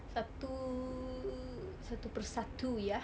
satu satu per satu ya